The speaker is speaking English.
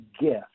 gift